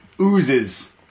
oozes